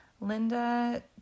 Linda